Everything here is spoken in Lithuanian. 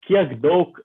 kiek daug